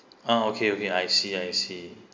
ah okay okay I see I see